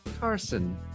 Carson